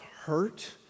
hurt